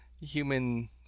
Human